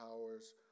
powers